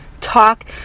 talk